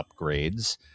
upgrades